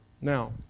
Now